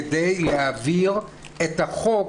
כדי להעביר את החוק